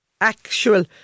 actual